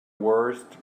worst